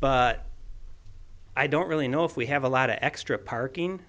but i don't really know if we have a lot of extra parking